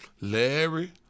Larry